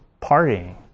partying